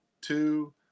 two